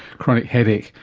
chronic headache,